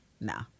Nah